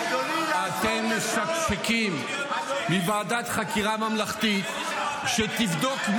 עברו הימים שאנשים עם עבר ביטחוני יכולים להגיד דברים